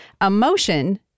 Emotion